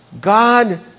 God